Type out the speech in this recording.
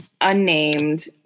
unnamed